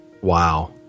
Wow